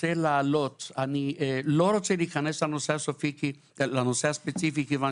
רוצה להיכנס לנושא הספציפי כיוון